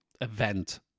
event